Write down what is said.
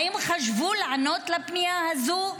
האם חשבו לענות לפנייה הזאת?